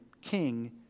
king